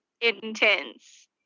intense